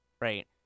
right